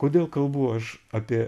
kodėl kalbu aš apie